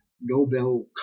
Nobel